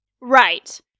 Right